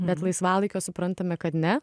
bet laisvalaikio suprantame kad ne